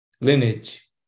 lineage